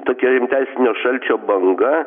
tokia rimtesnio šalčio banga